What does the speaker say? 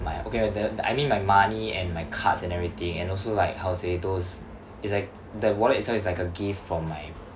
my okay the I mean my money and my cards and everything and also like how to say those it's like the wallet itself is like a gift from my